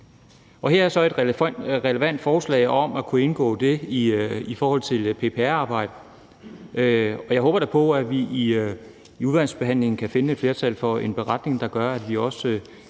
Her er så et relevant forslag om at kunne gøre noget i forhold til PPR-arbejdet. Og jeg håber da på, at vi i udvalgsbehandlingen kan finde et flertal for en beretning, der gør, at vi